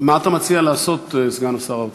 מה אתה מציע לעשות, סגן שר האוצר?